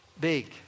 big